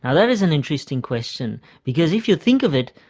and that is an interesting question because if you think of it,